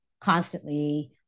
constantly